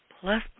plus